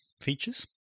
features